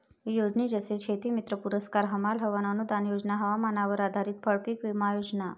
योजने जसे शेतीमित्र पुरस्कार, हमाल भवन अनूदान योजना, हवामानावर आधारित फळपीक विमा योजना